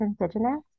indigenous